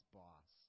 boss